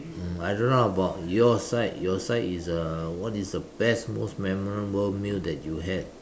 um I don't know about your side your side is uh what is the best most memorable meal that you had